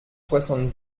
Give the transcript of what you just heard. soixante